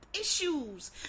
issues